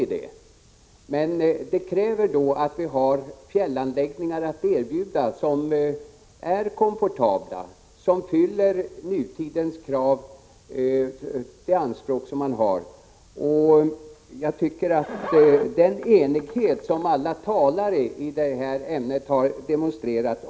Men för detta krävs att vi har fjällanläggningar att erbjuda som fyller nutidens krav på komfort. Denna debatt har visat att det finns en enighet om detta.